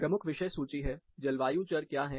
प्रमुख विषय सूची हैं जलवायु चर क्या हैं